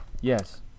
Yes